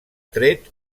tret